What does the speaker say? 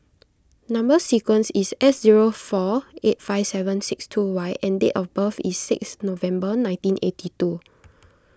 Number Sequence is S zero four eight five seven six two Y and date of birth is six November nineteen eighty two